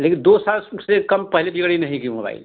लेकिन दो साल से कम पहिले बिगड़े नहीं गी मोबाइल